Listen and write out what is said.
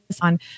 on